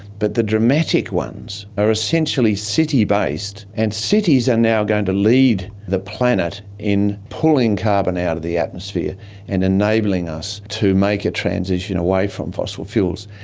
but the dramatic ones are essentially city based, and cities are and now going to lead the planet in pulling carbon out of the atmosphere and enabling us to make a transition away from fossil fuels.